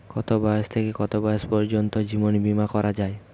কতো বয়স থেকে কত বয়স পর্যন্ত জীবন বিমা করা যায়?